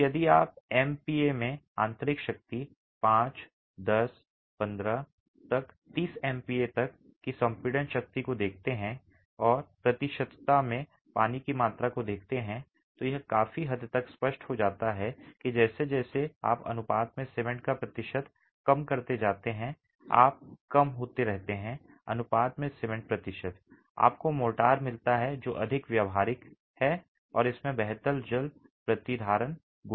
तो यदि आप एमपीए में आंतरिक शक्ति 5 10 15 तक 30 एमपीए तक की संपीडन शक्ति को देखते हैं और प्रतिशतता में पानी की मात्रा को देखते हैं तो यह काफी हद तक स्पष्ट हो जाता है कि जैसे जैसे आप अनुपात में सीमेंट का प्रतिशत कम करते जाते हैं आप कम होते रहते हैं अनुपात में सीमेंट प्रतिशत आपको मोर्टार मिलता है जो अधिक व्यावहारिक है और इसमें बेहतर जल प्रतिधारण गुण हैं